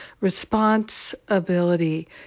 Responsibility